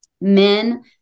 men